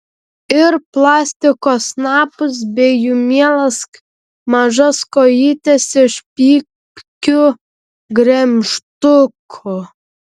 ir plastiko snapus bei jų mielas mažas kojytes iš pypkių gremžtukų